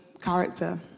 character